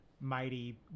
mighty